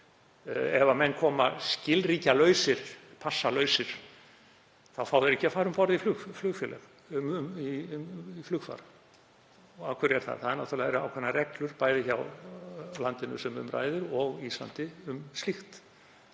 Ef menn koma skilríkjalausir, passalausir, þá fá þeir ekki að fara um borð í flugfar. Og af hverju er það? Það eru náttúrlega ákveðnar reglur bæði hjá landinu sem um ræðir og á Íslandi um slíkt.